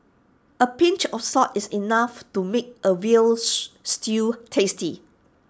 A pinch of salt is enough to make A Veal Stew tasty